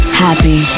happy